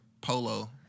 polo